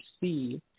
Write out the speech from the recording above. see